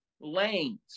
lanes